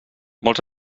molts